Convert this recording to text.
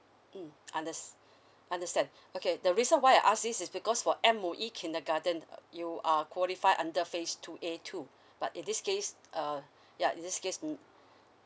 mm unders~ understand okay the reason why I ask this is because for M_O_E kindergarten you are qualified under phase two A two but in this case uh ya this case mm